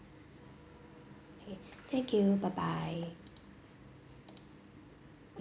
okay thank you bye bye